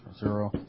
Zero